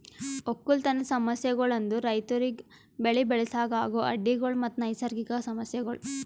ಒಕ್ಕಲತನದ್ ಸಮಸ್ಯಗೊಳ್ ಅಂದುರ್ ರೈತುರಿಗ್ ಬೆಳಿ ಬೆಳಸಾಗ್ ಆಗೋ ಅಡ್ಡಿ ಗೊಳ್ ಮತ್ತ ನೈಸರ್ಗಿಕ ಸಮಸ್ಯಗೊಳ್